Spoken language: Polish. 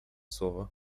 słowo